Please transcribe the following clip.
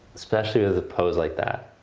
especially with a pose like that.